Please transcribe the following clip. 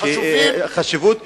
יש להם חשיבות.